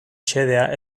xedea